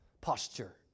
posture